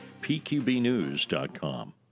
pqbnews.com